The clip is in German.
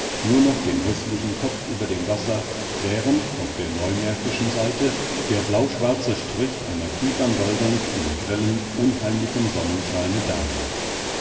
nur noch den häßlichen kopf über dem wasser während auf der neumärkischen seite der blauschwarze strich einer kiefernwaldung in grellem unheimlichem sonnenscheine dalag